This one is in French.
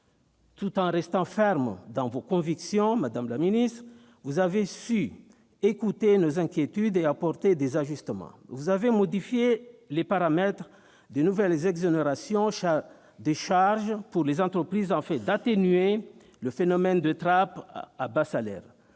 Tout en restant ferme dans vos convictions, vous avez su écouter nos inquiétudes et apporter des ajustements, madame la ministre. Vous avez modifié les paramètres des nouvelles exonérations de charges pour les entreprises, afin d'atténuer le phénomène de trappe à bas salaires.